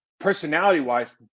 personality-wise